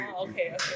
Okay